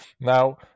Now